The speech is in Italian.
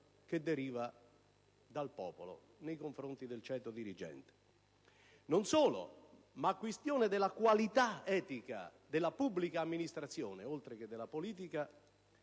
che proviene dal popolo nei confronti del ceto dirigente. Non solo, ma la questione della qualità etica della pubblica amministrazione, oltre che della politica,